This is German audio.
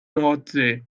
nordsee